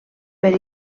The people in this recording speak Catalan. per